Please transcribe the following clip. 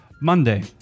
Monday